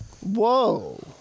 Whoa